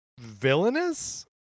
Villainous